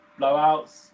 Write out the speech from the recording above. blowouts